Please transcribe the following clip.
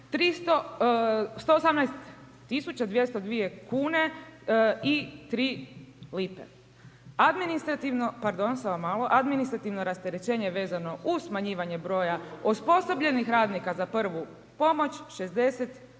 Pardon, samo malo, administrativno rasterećenje je vezano uz smanjivanje broja osposobljenih radnika za prvu pomoć 61